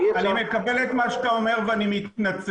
אני מקבל את מה שאתה אומר ואני מתנצל.